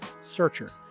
searcher